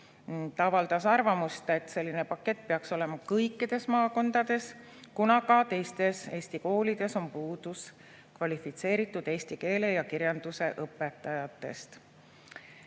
Ta avaldas arvamust, et selline pakett peaks olema kõikides maakondades, kuna ka teistes Eesti koolides on puudus kvalifitseeritud eesti keele ja kirjanduse õpetajatest.